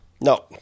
No